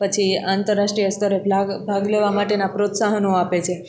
પછી આંતરરાષ્ટ્રિય સ્તરે ભ્લાગ ભાગ લેવા માટેના પ્રોત્સાહનો આપે છે